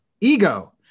Ego